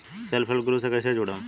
Self help group से कइसे जुड़म?